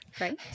Right